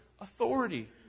authority